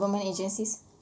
government agencies